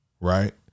right